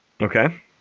Okay